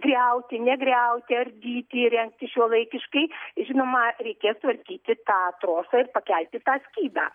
griauti negriauti ardyti įrengti šiuolaikiškai žinoma reikės tvarkyti tą trosą ir pakelti tą skydą